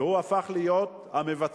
והוא הפך להיות המבצע,